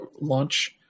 launch